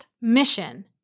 mission